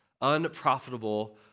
unprofitable